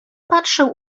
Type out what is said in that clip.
patrzył